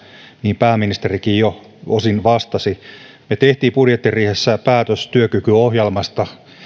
mihin pääministerikin osin vastasi me teimme budjettiriihessä päätöksen työkykyohjelmasta